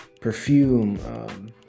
perfume